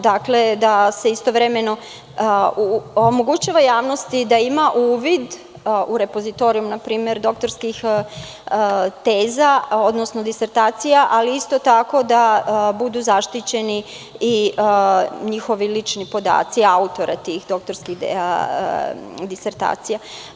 Dakle, istovremeno se omogućava javnosti da ima uvid u repozitorijum, na primer, doktorskih teza, odnosno disertacija, ali isto tako da budu zaštićeni i njihovi lični podaci, autora tih doktorskih disertacija.